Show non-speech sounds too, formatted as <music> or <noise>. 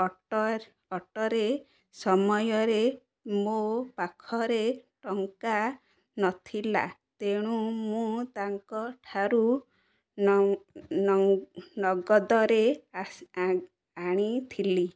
<unintelligible> ସମୟରେ ମୋ ପାଖରେ ଟଙ୍କା ନଥିଲା ତେଣୁ ମୁଁ ତାଙ୍କଠାରୁ ନଗଦରେ ଆଣିଥିଲି